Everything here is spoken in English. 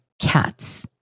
cats